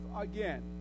again